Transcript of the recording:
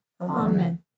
Amen